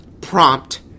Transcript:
prompt